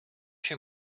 się